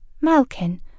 Malkin